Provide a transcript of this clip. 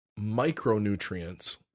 micronutrients